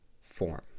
form